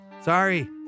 Sorry